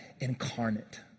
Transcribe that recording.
incarnate